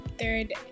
third